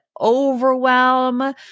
overwhelm